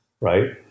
right